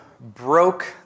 broke